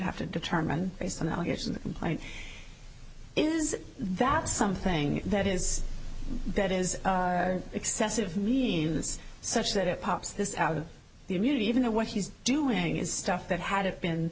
have to determine based on the allegation the complaint is that something that is that is excessive means such that it pops this out of the immunity even though what he's doing is stuff that had it been